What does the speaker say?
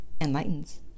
enlightens